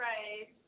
Right